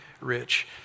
rich